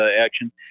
action